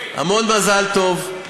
המון מזל טוב,